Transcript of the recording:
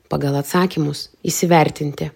pagal atsakymus įsivertinti